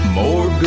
more